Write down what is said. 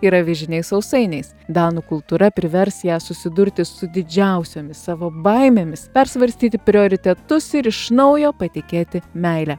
ir avižiniais sausainiais danų kultūra privers ją susidurti su didžiausiomis savo baimėmis persvarstyti prioritetus ir iš naujo patikėti meile